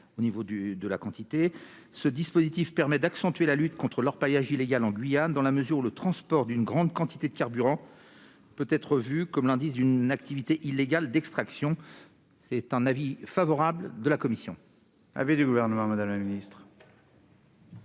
Ce dispositif permet d'accentuer la lutte contre l'orpaillage illégal en Guyane, dans la mesure où le transport d'une grande quantité de carburant peut être vu comme l'indice d'une activité illégale d'extraction. La commission